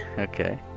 Okay